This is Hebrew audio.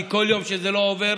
כי כל יום שזה לא עובר